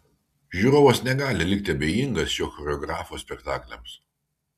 žiūrovas negali likti abejingas šio choreografo spektakliams